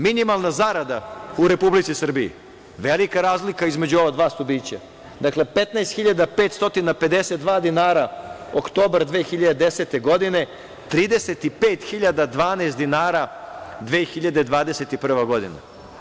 Minimalna zarada u Republici Srbiji, velika razlika između ova dva stubića, dakle, 15.552 dinara oktobra 2010. godine, 35.012 dinara 2021. godine.